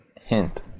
hint